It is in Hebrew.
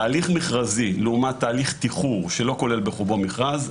תהליך מכרזי לעומת תהליך תיחור שלא כולל בחובו מכרז,